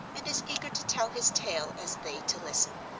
and as eager to tell his tale as they to listen.